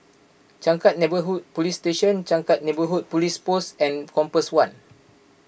Changkat Neighbourhood Police Station Changkat Neighbourhood Police Post and Compass one